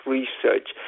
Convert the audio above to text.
research